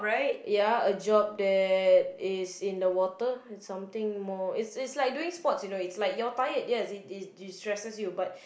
ya a job that is in the water it's something more it's it's like doing sports you know you're tired yet it destresses you but